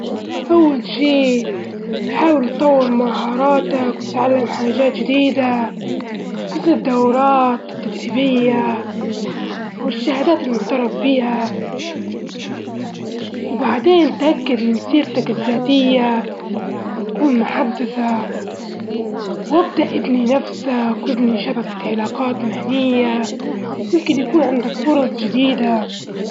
أول شيء حاول تطور مهاراتك وتتعلم حاجات جديدة، مثل الدورات التدريبية أوالشهادات المعترف بها، وبعدين اتأكد من سيرتك الذاتية تكون محدثة وابدأ ابني نفسك وابني شبكة علاقات مهنية، يمكن يكون عندك فرص جديدة.